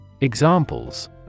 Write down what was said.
Examples